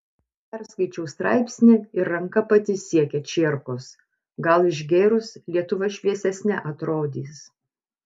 perskaičiau straipsnį ir ranka pati siekia čierkos gal išgėrus lietuva šviesesne atrodys